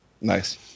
Nice